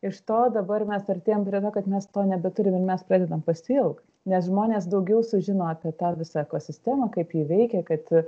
iš to dabar mes artėjam prie to kad mes to nebeturim ir mes pradedam pasiilgt nes žmonės daugiau sužino apie tą visą ekosistemą kaip ji veikia kad